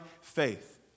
faith